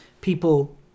people